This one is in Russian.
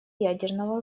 ядерного